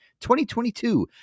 2022